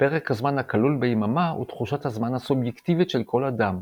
פרק הזמן הכלול ביממה הוא תחושת הזמן הסובייקטיבית של כל אדם,